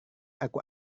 aku